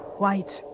white